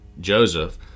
Joseph